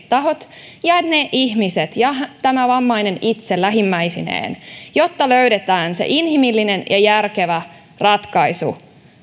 tahot ja ne ihmiset ja tämä vammainen itse lähimmäisineen jotta löydetään se inhimillinen ja järkevä ratkaisu